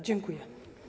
Dziękuję.